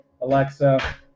Alexa